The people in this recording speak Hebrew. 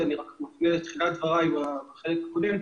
אני מזכיר את תחילת דבריי בחלק הקודם.